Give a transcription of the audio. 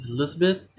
Elizabeth